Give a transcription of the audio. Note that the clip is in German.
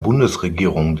bundesregierung